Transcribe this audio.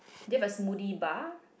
do you have a smoothie bar